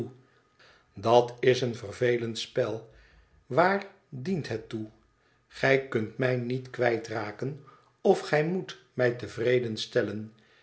vervelend spel waar dient het toe gij kunt mij niet kwijtraken of g moet mij tevreden stellen